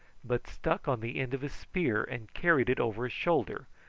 but stuck on the end of his spear and carried it over his shoulder,